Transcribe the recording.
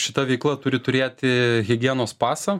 šita veikla turi turėti higienos pasą